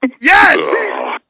Yes